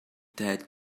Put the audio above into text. that